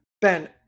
Ben